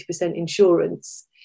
insurance